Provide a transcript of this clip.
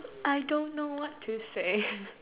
I don't know what to say